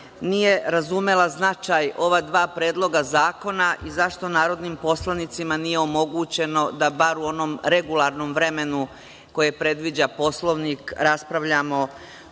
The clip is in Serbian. nije razumela značaj ova dva predloga zakona i zašto narodnim poslanicima nije omogućeno da bar u onom regularnom vremenu koje predviđa Poslovnik, raspravljamo